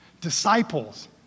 Disciples